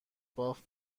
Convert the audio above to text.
باف